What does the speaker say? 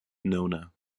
nona